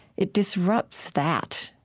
it disrupts that.